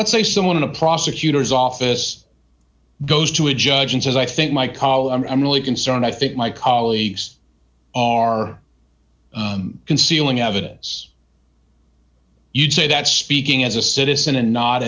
let's say someone in a prosecutor's office goes to a judge and says i think my column i'm really concerned i think my colleagues are concealing evidence you'd say that speaking as a citizen and not